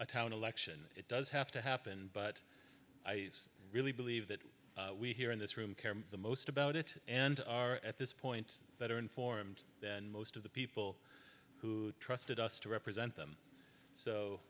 a town election it does have to happen but i really believe that we here in this room care the most about it and are at this point better informed than most of the people who trusted us to represent them so